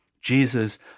Jesus